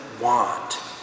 want